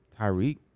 Tyreek